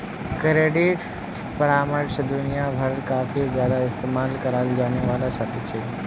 credit परामर्श दुनिया भरत काफी ज्यादा इस्तेमाल कराल जाने वाला शब्द छिके